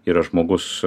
yra žmogus